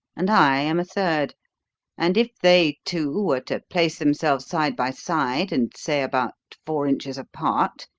and i am a third and if they two were to place themselves side by side and, say, about four inches apart,